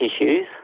issues